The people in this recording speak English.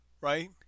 Right